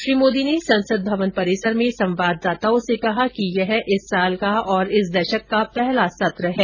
श्री मोदी ने संसद भवन परिसर में संवाददाताओं से कहा यह इस साल का और इस दशक का पहला सत्र है